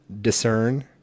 Discern